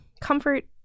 Comfort